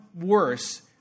worse